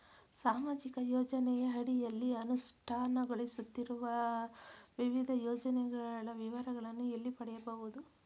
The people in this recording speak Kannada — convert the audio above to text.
ಸಾಮಾಜಿಕ ಯೋಜನೆಯ ಅಡಿಯಲ್ಲಿ ಅನುಷ್ಠಾನಗೊಳಿಸುತ್ತಿರುವ ವಿವಿಧ ಯೋಜನೆಗಳ ವಿವರಗಳನ್ನು ಎಲ್ಲಿ ಪಡೆಯಬಹುದು?